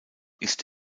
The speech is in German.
ist